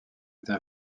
était